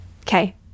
Okay